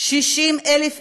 60,000 איש,